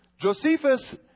Josephus